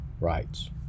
rights